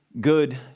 good